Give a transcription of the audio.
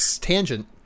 tangent